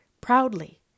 proudly